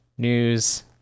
news